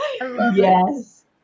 Yes